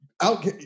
out